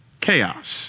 Chaos